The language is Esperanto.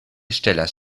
ŝtelas